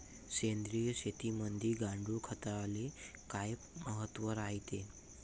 सेंद्रिय शेतीमंदी गांडूळखताले काय महत्त्व रायते?